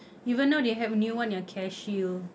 even now they have new one yang careshield